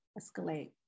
escalate